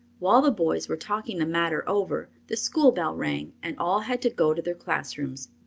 while the boys were talking the matter over, the school bell rang and all had to go to their classrooms.